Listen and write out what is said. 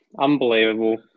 Unbelievable